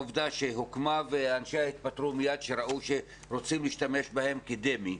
העובדה שהוקמה ואנשיה התפטרו מיד כשראו שרוצים להשתמש בהם כדמי.